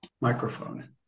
microphone